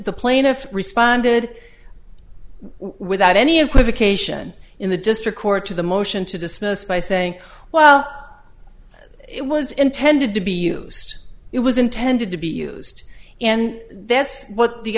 the plaintiff responded without any equivocation in the district court to the motion to dismiss by saying well it was intended to be used it was intended to be used and that's what the